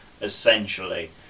essentially